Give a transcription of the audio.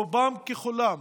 רובם ככולם